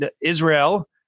Israel